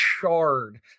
charred